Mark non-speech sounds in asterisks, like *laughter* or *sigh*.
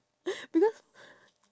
*noise* because